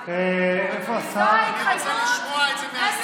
אני רוצה לשמוע את זה מהשר.